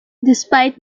despite